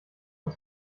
und